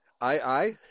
I-I